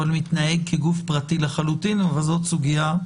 אבל מתנהג כגוף פרטי לחלוטין, אבל זאת סוגיה אחרת.